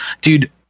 Dude